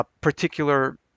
particular